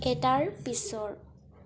এটাৰ পিছৰ